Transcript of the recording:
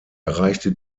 erreichte